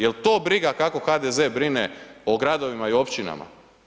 Jel' to briga kako HDZ brine o Gradovima i Općinama?